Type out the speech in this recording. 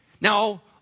Now